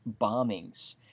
bombings